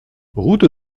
route